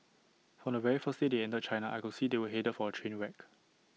from the very first day they entered China I could see they were headed for A train wreck